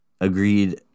agreed